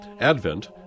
Advent